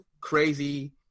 crazy